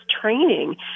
training